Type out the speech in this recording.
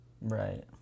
Right